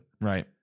Right